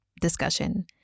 discussion